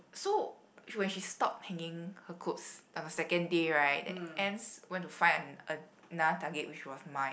so when she stop hanging her clothes on the second day right the ants go to find a another target which was mine